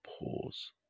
pause